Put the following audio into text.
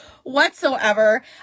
whatsoever